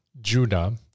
Judah